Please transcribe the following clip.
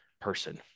person